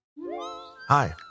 Hi